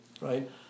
right